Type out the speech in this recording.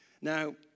Now